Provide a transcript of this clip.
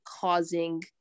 causing